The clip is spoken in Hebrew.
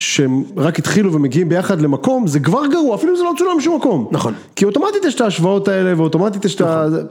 שהם רק התחילו ומגיעים ביחד למקום, זה כבר גרוע, אפילו אם זה לא מצולם בשום מקום. נכון. כי אוטומטית יש את ההשוואות האלה ואוטומטית יש את ה...